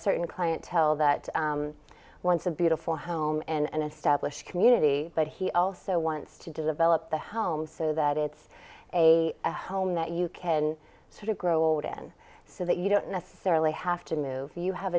certain clientele that once a beautiful home in an established community but he also wants to develop the home so that it's a home that you can sort of grow old in so that you don't necessarily have to move you have